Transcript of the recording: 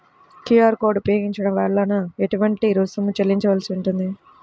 QR code ఉపయోగించటం వలన ఏటువంటి రుసుం చెల్లించవలసి ఉంటుంది?